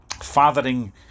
Fathering